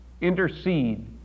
intercede